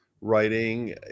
writing